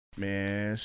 man